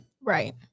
right